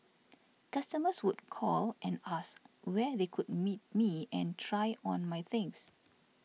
customers would call and ask where they could meet me and try on my things